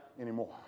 anymore